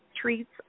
treats